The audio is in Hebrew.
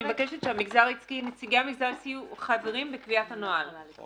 אני מבקש שנציגי המגזר העסקי יהיו חברים בקביעת הנוהל.